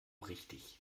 richtig